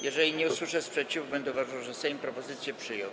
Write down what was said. Jeżeli nie usłyszę sprzeciwu, będę uważał, że Sejm propozycję przyjął.